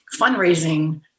fundraising